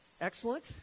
Excellent